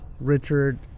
Richard